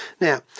Now